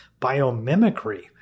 biomimicry